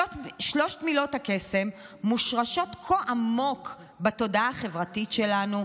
שלוש מילות הקסם מושרשות כה עמוק בתודעה החברתית שלנו,